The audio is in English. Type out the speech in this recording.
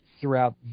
throughout